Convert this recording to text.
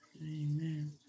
amen